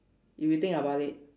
if you think about it